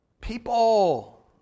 people